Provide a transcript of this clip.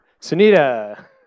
Sunita